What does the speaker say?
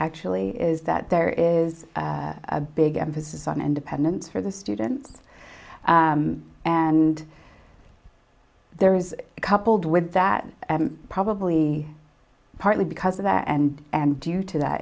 actually is that there is a big emphasis on independence for the students and there is coupled with that probably partly because of that and and due to that